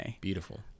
beautiful